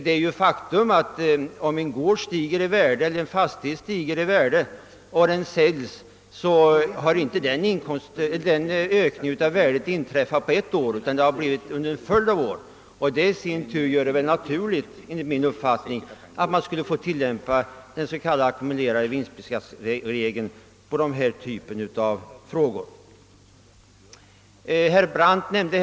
Ett faktum är att när en fastighet stiger i värde och sedan säljs, så har inte den värdeökningen inträffat under ett år utan under en följd av år. Detta gör det enligt min mening naturligt att tillämpa regeln om ackumulerad vinstbeskattning vid denna typ av försäljningar.